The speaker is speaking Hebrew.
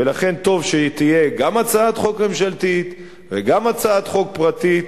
ולכן טוב שתהיה גם הצעת החוק ממשלתית וגם הצעת חוק פרטית,